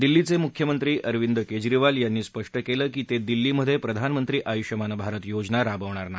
दिल्लीचे मुख्यमंत्री अरविंद केजरीवाल यांनी स्पष्ट केलं की ते दिल्लीमधे प्रधानमंत्री आयुष्मान भारत योजना राबवणार नाही